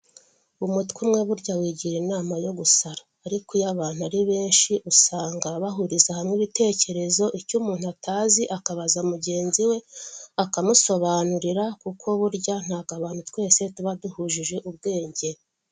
Umutwe umwe burya wigira inama yo gusara, ariko iyo abantu ari benshi usanga bahuriza hamwe ibitekerezo, icyo umuntu atazi akabaza mugenzi we akamusobanurira kuko burya ntabwo abantu twese tuba duhujije ubwenge.